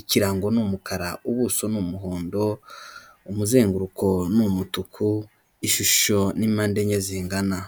ikirango ni umukara ubuso ni umuhondo umuzenguruko ni umutuku ishusho n'impande enye zingana.